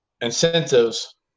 incentives